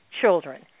children